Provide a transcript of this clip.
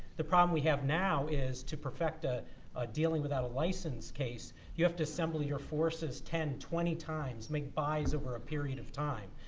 the problem we have now is to perfect ah ah dealing without a license case, you have to assemble your forces ten, twenty times, make buys over a period of time.